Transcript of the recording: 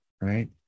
right